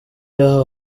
yahawe